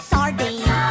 Sardine